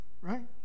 right